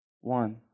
One